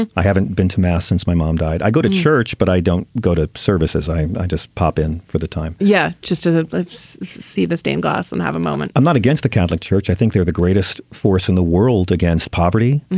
and i haven't been to mass since my mom died. i go to church but i don't go to services i just pop in for the time. yeah just does it. let's see the stained glass and have a moment. i'm not against the catholic church. i think they're the greatest force in the world against poverty.